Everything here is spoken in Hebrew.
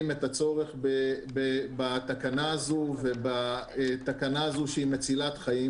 את הצורך בתקנה הזאת שהיא מצילת חיים.